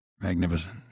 Magnificent